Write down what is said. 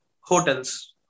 hotels